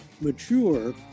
mature